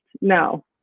no